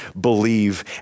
believe